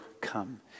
come